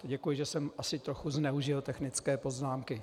Děkuji, že jsem asi trochu zneužil technické poznámky.